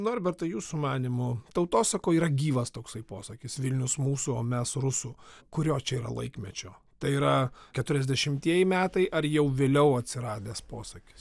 norbertai jūsų manymu tautosakoj yra gyvas toksai posakis vilnius mūsų o mes rusų kurio čia yra laikmečio tai yra keturiasdešimtieji metai ar jau vėliau atsiradęs posakis